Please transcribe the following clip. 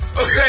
Okay